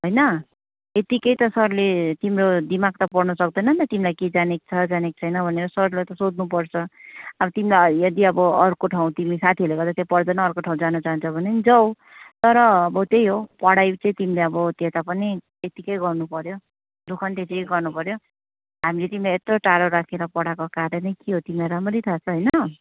होइन त्यतिकै त सरले तिम्रो दिमाग त पढ्नु सक्दैन नि त तिमीलाई के जानेको छ के जानेको छैन भनेर सरलाई त सोध्नु पर्छ अब तिमीलाई यदि अब अर्को ठाउँ तिमी साथीहरूले गर्दा त्यहाँ पढ़्दैनौँ अर्को ठाउँ जान चाहन्छ भने जाऊ तर अब त्यही हो पढाइ चाहिँ तिमीले अब त्यता पनि त्यतिकै गर्नु पऱ्यो दुःख त्यतिकै गर्नु पऱ्यो हामीले तिमीलाई यत्रो टाढो राखेर पढाएको कारण नै के हो तिमीलाई राम्ररी थाहा छ होइन